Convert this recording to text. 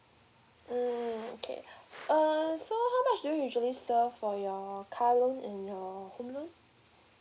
mm okay err so how much do you usually serve for your car loan and your home loan